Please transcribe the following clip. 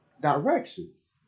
directions